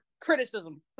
criticism